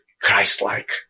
Christ-like